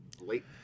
late